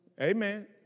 Amen